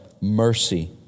mercy